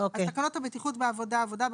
אז תקנות הבטיחות בעבודה.